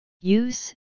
Use